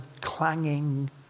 clanging